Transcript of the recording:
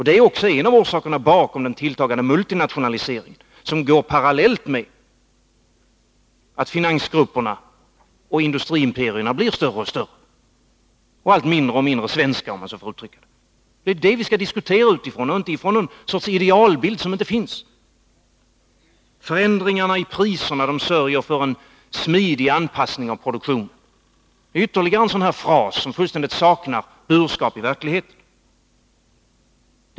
Det är också en av orsakerna bakom den tilltagande multinationaliseringen, som går parallellt med att finansgrupperna och industriimperierna blir större och större och allt mindre svenska, om jag får uttrycka det så. Det är detta vi skall diskutera utifrån — inte utifrån någon sorts idealbild som inte finns! Förändringen i priser sörjer för en smidig anpassning av produktionen — det är ytterligare en sådan fras som fullständigt saknar burskap i verkligheten.